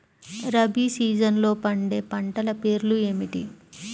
రబీ సీజన్లో పండే పంటల పేర్లు ఏమిటి?